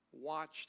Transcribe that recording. watched